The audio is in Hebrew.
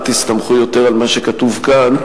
אל תסתמכו יותר על מה שכתוב כאן,